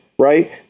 Right